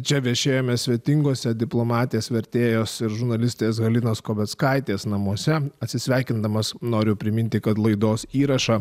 čia viešėjome svetinguose diplomatės vertėjos ir žurnalistės halinos kobeckaitės namuose atsisveikindamas noriu priminti kad laidos įrašą